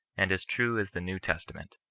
and as true as the new testa ment.